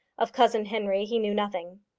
of cousin henry he knew nothing.